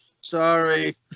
Sorry